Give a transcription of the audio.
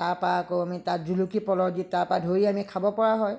তাৰ পৰা আকৌ আমি তাত জুলুকি প'ল দি তাৰ পৰা ধৰি আনি খাব পৰা হয়